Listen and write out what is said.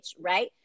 right